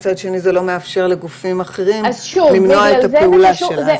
מצד שני זה לא מאפשר לגופים אחרים למנוע את הפעולה שלה.